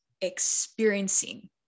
experiencing